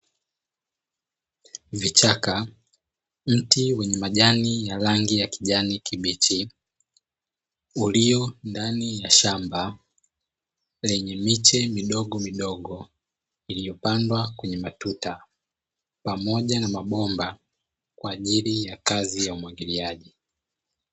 Vichaka, mti wenye majani ya rangi ya kijani kibichi ulio ndani ya shamba lenye miche midogo midogo iliyopandwa kwenye matuta pamoja na mabomba kwa ajili ya kazi ya umwagiliaji.